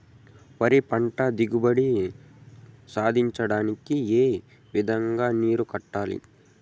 వరి పంట దిగుబడి సాధించడానికి, ఏ విధంగా నీళ్లు కట్టాలి?